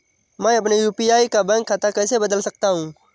मैं अपने यू.पी.आई का बैंक खाता कैसे बदल सकता हूँ?